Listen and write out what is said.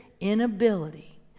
inability